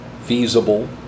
feasible